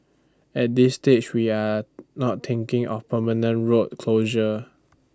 at this stage we are not thinking of permanent road closure